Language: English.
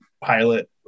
pilot